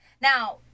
Now